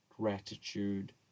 gratitude